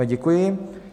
Děkuji.